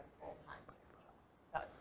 full-time